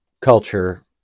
culture